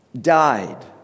died